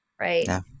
right